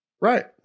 Right